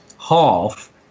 half